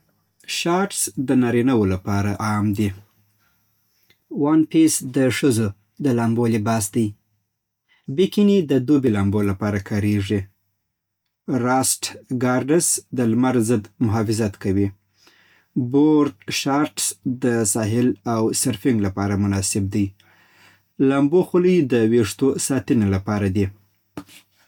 شارټس د نارینه‌وو لپاره عام دي. وان پېس د ښځو د لامبو لباس دی. بیکني د دوبي لامبو لپاره کارېږي. راسټ ګارډس د لمر ضد محافظت کوي. بورډ شارټس د ساحل او سرفنګ لپاره مناسب دي. لامبو خولۍ د ویښتو ساتنې لپاره ده